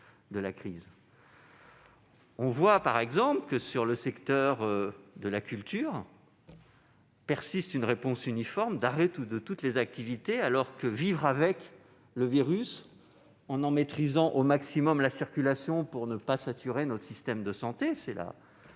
On voit par exemple, dans le secteur de la culture, que persiste une réponse uniforme d'arrêt de toutes les activités, alors que vivre avec le virus en en maîtrisant au maximum la circulation pour ne pas saturer notre système de santé- telle est